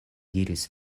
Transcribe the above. diris